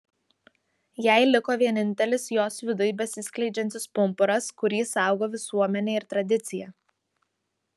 jai liko vienintelis jos viduj besiskleidžiantis pumpuras kurį saugo visuomenė ir tradicija